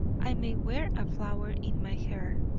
i may wear a flower in my hair.